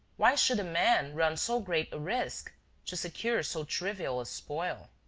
why should a man run so great a risk to secure so trivial a spoil?